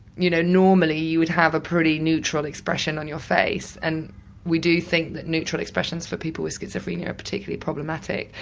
you know normally you would have a pretty neutral expression on your face. and we do think that neutral expressions, for people with schizophrenia, are particularly problematic,